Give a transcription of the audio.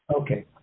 Okay